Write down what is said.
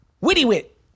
Witty-wit